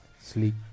Sleep